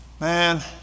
man